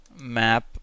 map